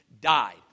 died